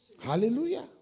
Hallelujah